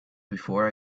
before